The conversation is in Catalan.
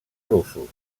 russos